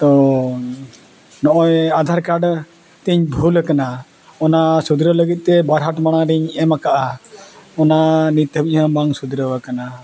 ᱛᱚ ᱱᱚᱜᱼᱚᱭ ᱟᱫᱷᱟᱨ ᱠᱟᱨᱰ ᱛᱮᱧ ᱵᱷᱩᱞ ᱟᱠᱟᱱᱟ ᱚᱱᱟ ᱥᱩᱫᱷᱨᱟᱹᱣ ᱞᱟᱹᱜᱤᱫ ᱛᱮ ᱵᱟᱨᱦᱟᱴ ᱢᱟᱲᱟᱝ ᱨᱤᱧ ᱮᱢ ᱟᱠᱟᱜᱼᱟ ᱚᱱᱟ ᱱᱤᱛ ᱫᱷᱟᱹᱵᱤᱡ ᱦᱚᱸ ᱵᱟᱝ ᱥᱩᱫᱷᱨᱟᱹᱣ ᱟᱠᱟᱱᱟ